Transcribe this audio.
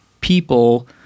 people